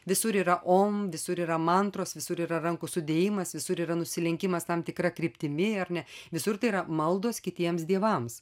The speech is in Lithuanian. visur yra om visur yra mantros visur yra rankų sudėjimas visur yra nusilenkimas tam tikra kryptimi ar ne visur tai yra maldos kitiems dievams